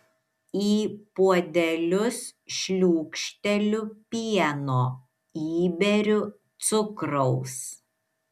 į puodelius šliūkšteliu pieno įberiu cukraus